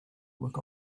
look